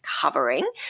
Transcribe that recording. covering